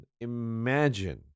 imagine